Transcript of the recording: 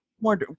more